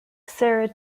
sarah